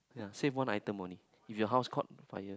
ya save one item only if your house caught fire